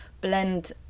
blend